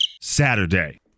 Saturday